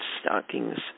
stockings